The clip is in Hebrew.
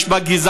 יש בה גזענות,